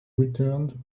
returned